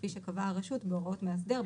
כפי שקבעה הרשות בהוראות מאסדר,